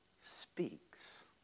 speaks